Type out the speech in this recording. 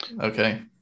Okay